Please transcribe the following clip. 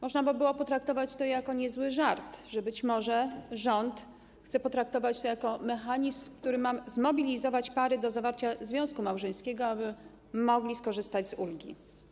Można by było potraktować to jako niezły żart, że być może rząd chce potraktować to jako mechanizm, który ma zmobilizować pary do zawarcia związku małżeńskiego, aby mogły skorzystać z ulgi.